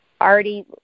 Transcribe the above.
already